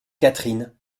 catherine